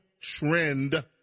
trend